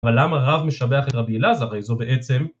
אבל למה רב משבח את רבי אלעזר הרי זו בעצם..